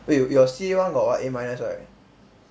wait your C_A one got what A minus right